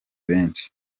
benshi